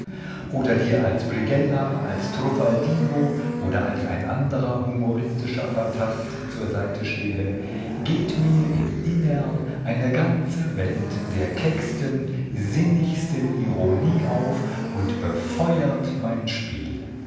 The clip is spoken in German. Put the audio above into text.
oder dir als brighella als truffaldino oder als ein anderer humoristischer phantast zur seite stehe geht mir im innern eine ganze welt der kecksten sinnigsten ironie auf und befeuert mein spiel